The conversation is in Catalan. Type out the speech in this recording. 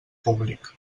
públic